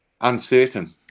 uncertain